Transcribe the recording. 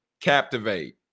captivate